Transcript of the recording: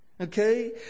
Okay